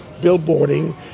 billboarding